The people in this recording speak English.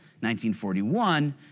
1941